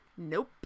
Nope